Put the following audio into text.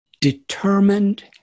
determined